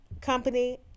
company